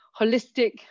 holistic